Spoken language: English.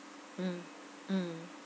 mm mm